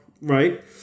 right